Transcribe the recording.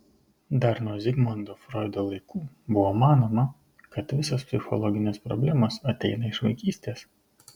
dar nuo zigmundo froido laikų buvo manoma kad visos psichologinės problemos ateina iš vaikystės